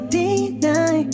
deny